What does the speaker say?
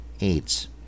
AIDS